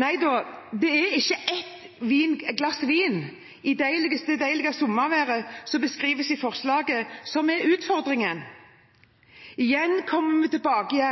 Nei, det er ikke ett glass vin i det deilige sommerværet, som beskrives i forslaget, som er utfordringen. Igjen kommer vi tilbake